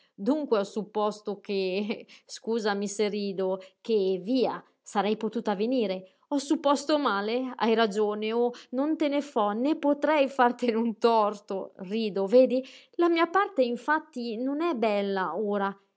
dunque ho supposto che scusami se rido che via sarei potuta venire ho supposto male hai ragione oh non te ne fo né potrei fartene un torto rido vedi la mia parte infatti non è bella ora